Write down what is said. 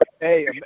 hey